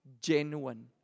genuine